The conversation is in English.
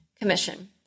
Commission